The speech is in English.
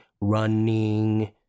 running